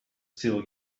still